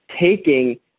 taking